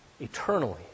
Eternally